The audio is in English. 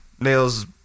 Nails